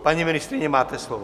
Paní ministryně, máte slovo.